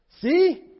See